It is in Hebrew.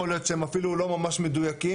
יכול להיות שהם אפילו לא ממש מדויקים